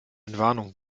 entwarnung